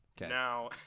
Now